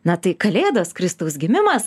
na tai kalėdos kristaus gimimas